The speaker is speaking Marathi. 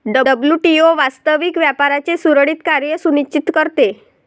डब्ल्यू.टी.ओ वास्तविक व्यापाराचे सुरळीत कार्य सुनिश्चित करते